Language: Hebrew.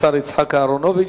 השר יצחק אהרונוביץ.